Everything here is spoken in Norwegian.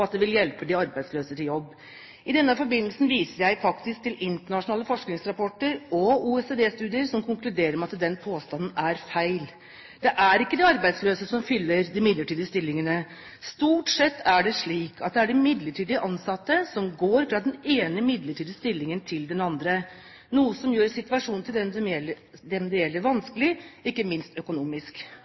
at det vil hjelpe de arbeidsløse å få jobb. I denne forbindelse viser jeg faktisk til internasjonale forskningsrapporter og OECD-studier som konkluderer med at den påstanden er feil. Det er ikke de arbeidsløse som fyller de midlertidige stillingene. Stort sett er det slik at midlertidig ansatte går fra den ene midlertidige stillingen til den andre, noe som gjør situasjonen for dem det gjelder, vanskelig, ikke minst økonomisk.